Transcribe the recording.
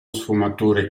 sfumature